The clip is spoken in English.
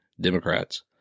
Democrats